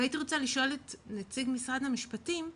הייתי רוצה לשאול את נציג משרד המשפטים,